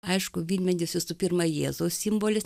aišku vynmedis visų pirma jėzaus simbolis